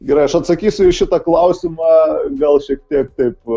gerai aš atsakysiu į šitą klausimą gal šiek tiek taip